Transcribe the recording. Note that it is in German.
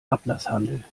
ablasshandel